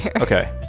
Okay